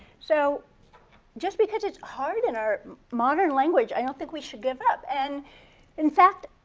so just because it's hard in our modern language, i don't think we should give up. and in fact,